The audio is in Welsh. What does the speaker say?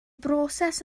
broses